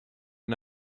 and